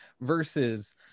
Versus